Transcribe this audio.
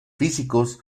físicos